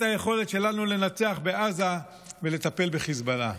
היכולת שלנו לנצח בעזה ולטפל בחיזבאללה.